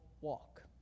walk